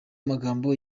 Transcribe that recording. magambo